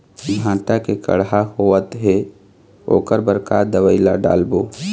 भांटा मे कड़हा होअत हे ओकर बर का दवई ला डालबो?